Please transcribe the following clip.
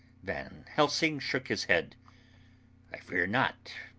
van helsing shook his head i fear not.